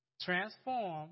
Transform